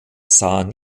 sahen